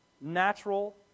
natural